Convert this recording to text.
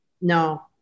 No